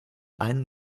ein